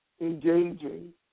engaging